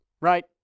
right